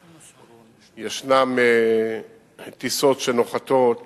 יש טיסות שנוחתות